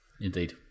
Indeed